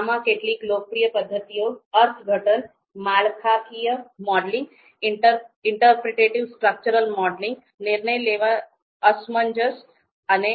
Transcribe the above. આમાં કેટલીક લોકપ્રિય પદ્ધતિઓ અર્થઘટન માળખાકીય modelling interpretive structural modelling ISM Interpretive Structural Modeling નિર્ણય લેવ અજમાયશ અને